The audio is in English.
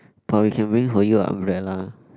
but we can bring for you a umbrella